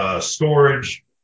storage